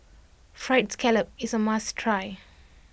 Fried Scallop is a must try